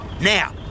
Now